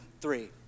three